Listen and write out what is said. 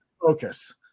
focus